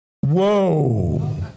Whoa